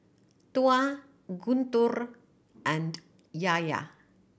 Tuah Guntur and Yahya